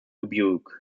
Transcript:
dubuque